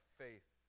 faith